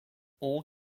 all